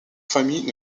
famille